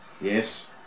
Yes